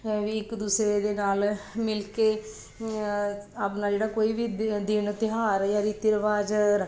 ਵੀ ਇੱਕ ਦੂਸਰੇ ਦੇ ਨਾਲ ਮਿਲ ਕੇ ਆਪਣਾ ਜਿਹੜਾ ਕੋਈ ਵੀ ਦਿ ਦਿਨ ਤਿਉਹਾਰ ਜਾਂ ਰੀਤੀ ਰਿਵਾਜ਼